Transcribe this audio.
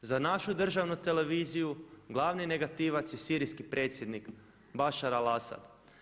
Za našu državnu televiziju glavni negativac je sirijski predsjednik Bašar al-Asad.